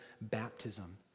baptism